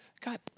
God